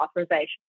authorization